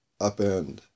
upend